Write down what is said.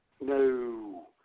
No